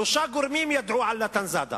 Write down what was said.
שלושה גורמים ידעו על נתן זאדה